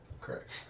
Correct